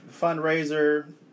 fundraiser